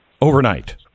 Overnight